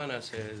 מה נעשה,